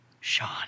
Sean